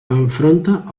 enfronta